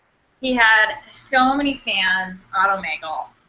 he had so many fans on omagle.